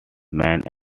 man